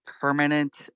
permanent